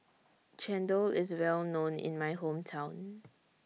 Chendol IS Well known in My Hometown